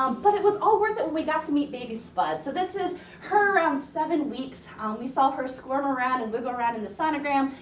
um but it was all worth it when we got to meet baby spud. so, this is her around seven weeks. um we saw her squirm around and move around in the sonogram.